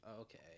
Okay